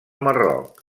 marroc